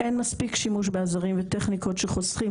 אין מספיק שימוש בעזרים וטכניקות שחוסכים